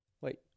wait